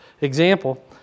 example